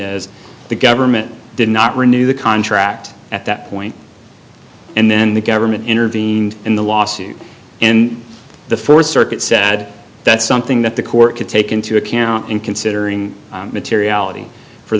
as the government did not renew the contract at that point and then the government intervened in the lawsuit in the fourth circuit said that's something that the court could take into account in considering materiality for